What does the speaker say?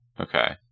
Okay